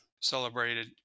celebrated